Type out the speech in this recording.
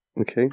Okay